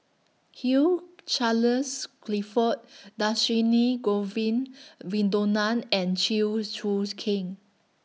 Hugh Charles Clifford Dhershini Govin Winodan and Chew's Choo Keng